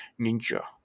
ninja